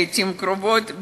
לעתים קרובות,